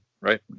right